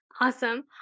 Awesome